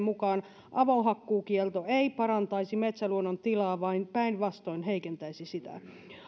mukaan avohakkuukielto ei parantaisi metsäluonnon tilaa vaan päinvastoin heikentäisi sitä